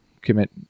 commit